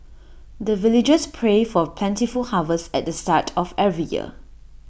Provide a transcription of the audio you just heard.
the villagers pray for plentiful harvest at the start of every year